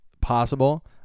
possible